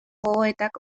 gogoetak